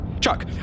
Chuck